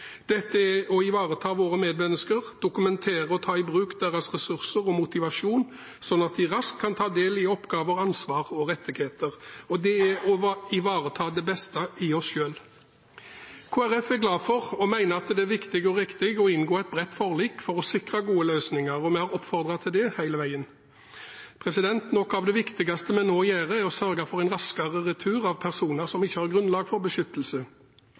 Dette er å ivareta våre medmennesker, dokumentere og ta i bruk deres ressurser og motivasjon, slik at de raskt kan ta del i oppgaver, ansvar og rettigheter. Det er å ivareta det beste i oss selv. Kristelig Folkeparti er glad for og mener at det er viktig og riktig å inngå et bredt forlik for å sikre gode løsninger, og vi har oppfordret til det hele veien. Noe av det viktigste vi nå gjør, er å sørge for en raskere retur av personer som ikke har grunnlag for beskyttelse.